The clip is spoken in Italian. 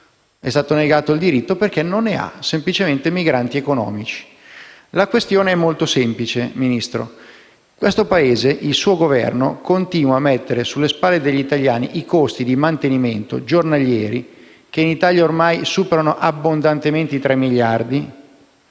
è stato negato il diritto a restare, perché non ne ha: si tratta semplicemente di migranti economici. La questione è molto semplice, signor Ministro. Il suo Governo continua a mettere sulle spalle degli italiani i costi di mantenimento giornalieri, che in Italia ormai superano abbondantemente i 3 miliardi